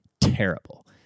terrible